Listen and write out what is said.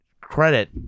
credit